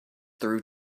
through